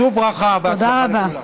שאו ברכה, והצלחה לכולם.